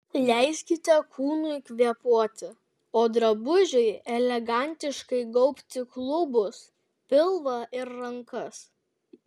leiskite kūnui kvėpuoti o drabužiui elegantiškai gaubti klubus pilvą ir rankas